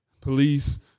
police